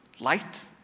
light